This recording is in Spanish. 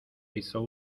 hizo